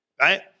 right